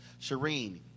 Shireen